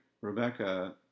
Rebecca